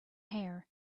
hair